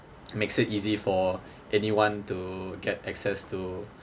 makes it easy for anyone to get access to